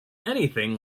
anything